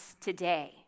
today